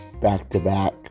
back-to-back